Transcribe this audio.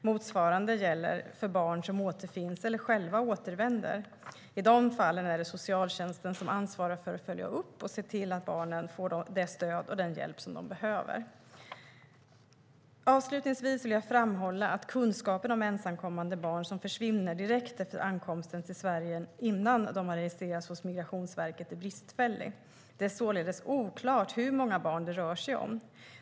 Motsvarande gäller för barn som återfinns eller själva återvänder: I de fallen är det socialtjänsten som ansvarar för att följa upp och se till att barnen får det stöd och den hjälp som de behöver. Avslutningsvis vill jag framhålla att kunskapen om ensamkommande barn som försvinner direkt efter ankomsten till Sverige, innan de har registrerats hos Migrationsverket, är bristfällig. Det är således oklart hur många barn det rör sig om.